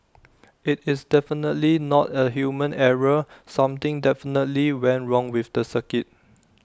IT is definitely not A human error something definitely went wrong with the circuit